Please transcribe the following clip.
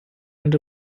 and